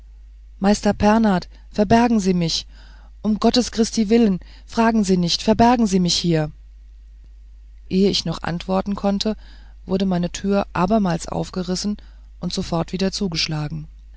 meister pernath verbergen sie mich um gottes christi willen fragen sie nicht verbergen sie mich hier ehe ich noch antworten konnte wurde meine tür abermals aufgerissen und sofort wieder zugeschlagen